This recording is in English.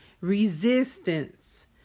Resistance